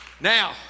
Now